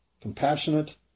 compassionate